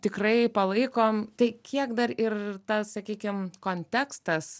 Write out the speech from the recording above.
tikrai palaikom tai kiek dar ir tas sakykim kontekstas